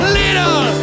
little